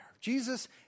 Jesus